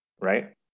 right